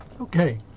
Okay